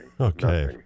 Okay